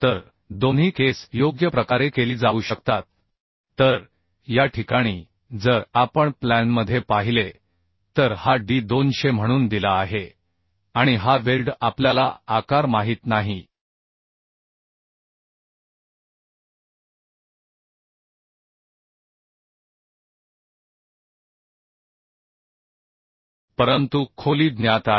तर दोन्ही केस योग्य प्रकारे केली जाऊ शकतात तर या ठिकाणी जर आपण प्लॅनमध्ये पाहिले तर हा D 200 म्हणून दिला आहे आणि हा वेल्ड आपल्याला आकार माहित नाही परंतु खोली ज्ञात आहे